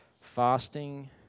fasting